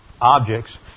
objects